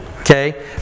Okay